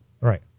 Right